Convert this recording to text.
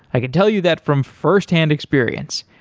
i can tell you that from firsthand experience,